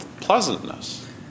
pleasantness